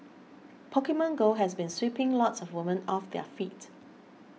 Pokemon Go has been sweeping lots of women off their feet